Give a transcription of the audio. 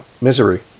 misery